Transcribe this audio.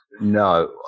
No